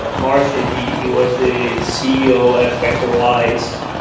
um marcin, he he was the ceo at vectorwise,